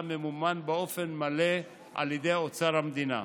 ממומן באופן מלא על ידי אוצר המדינה.